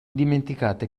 dimenticate